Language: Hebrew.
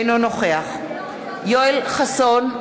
אינו נוכח יואל חסון,